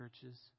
churches